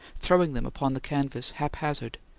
throwing them upon the canvas haphazard,